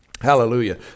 Hallelujah